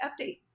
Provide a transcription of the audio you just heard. updates